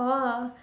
oh